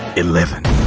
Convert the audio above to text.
eleven